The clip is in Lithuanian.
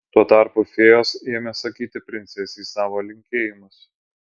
tuo tarpu fėjos ėmė sakyti princesei savo linkėjimus